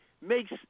makes